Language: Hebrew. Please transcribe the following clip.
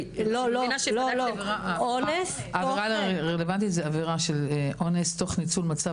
--- העבירה הרלוונטית זה עבירה של אונס תוך ניצול מצב